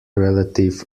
relative